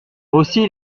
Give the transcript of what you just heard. aussi